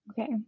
Okay